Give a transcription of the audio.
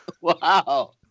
wow